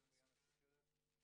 כבר היה לנו פעם דיון בעניין הסכרת?